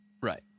Right